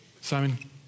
Simon